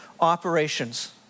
operations